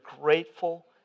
grateful